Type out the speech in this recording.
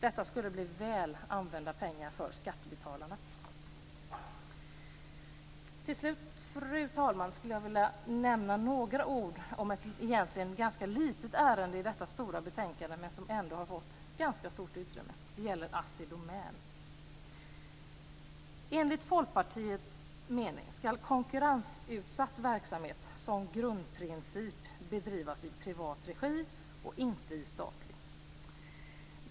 Detta skulle bli väl använda pengar för skattebetalarna. Fru talman! Jag vill nämna några ord om ett egentligen ganska litet ärende i detta stora betänkande, men som ändå har fått ett ganska stort utrymme. Det gäller Assi Domän. Enligt Folkpartiets mening skall konkurrensutsatt verksamhet - som grundprincip - bedrivas i privat regi och inte i statlig.